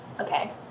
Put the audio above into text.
Okay